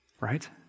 Right